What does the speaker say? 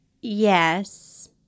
yes